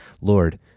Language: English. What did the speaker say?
Lord